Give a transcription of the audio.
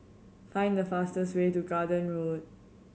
find the fastest way to Garden Road